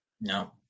No